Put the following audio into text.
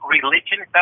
Religion